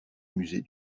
musée